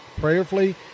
prayerfully